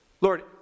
Lord